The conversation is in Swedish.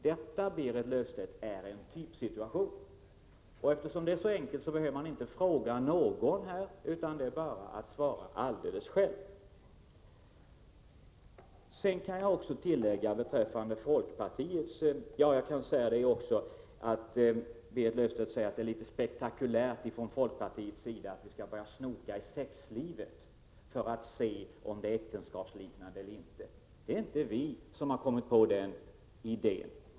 — Detta, Berit Löfstedt, är en typsituation, och eftersom det är så enkelt behöver man inte fråga någon, utan det är bara att svara alldeles själv. Berit Löfstedt säger att det är spektakulärt av folkpartiet att börja snoka i sexlivet för att se efter om ett förhållande är äktenskapsliknande eller inte. Det är inte vi som har kommit på den idén.